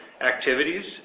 activities